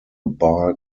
bar